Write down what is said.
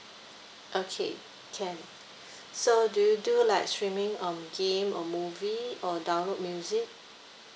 okay can so do you do like streaming um game or movie or download music